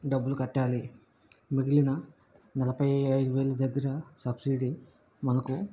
డబ్బులు కట్టాలి మిగిలిన నలభై ఐదు వేల దగ్గర సబ్సిడీ మనకు